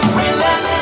relax